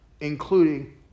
including